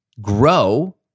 grow